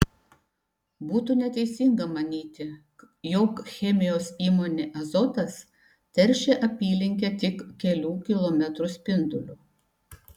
būtų neteisinga manyti jog chemijos įmonė azotas teršia apylinkę tik kelių kilometrų spinduliu